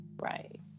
Right